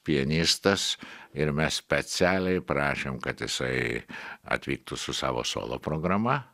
pianistas ir mes specialiai prašėm kad jisai atvyktų su savo solo programa